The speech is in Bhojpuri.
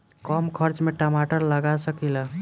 कम खर्च में टमाटर लगा सकीला?